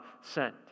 sent